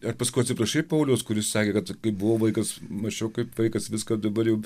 ar paskui atsiprašei pauliaus kuris sakė kad kai buvau vaikas mąsčiau kaip vaikas viską dabar jau